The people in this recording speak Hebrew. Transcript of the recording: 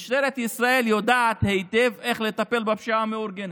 משטרת ישראל יודעת היטב איך לטפל בפשיעה המאורגנת.